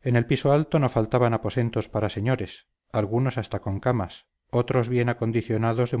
en el piso alto no faltaban aposentos para señores algunos hasta con camas otros bien acondicionados